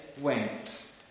went